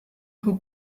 who